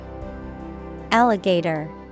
Alligator